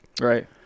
right